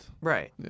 Right